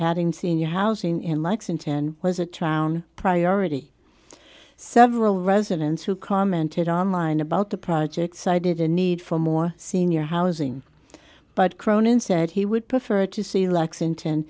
adding senior housing in lexington was a trial priority several residents who commented online about the project cited a need for more senior housing but cronin said he would prefer to see lexington